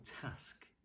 task